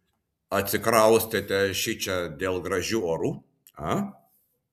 atsikraustėte šičia dėl gražių orų a